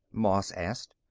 moss asked.